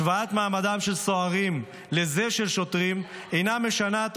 השוואת מעמדם של סוהרים לזה של שוטרים אינה משנה את